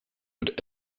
would